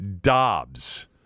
Dobbs